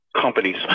companies